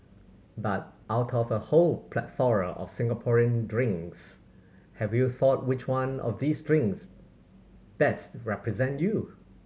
but out of a whole plethora of Singaporean drinks have you thought which one of these drinks best represent you